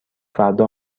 فردا